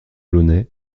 launay